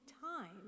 time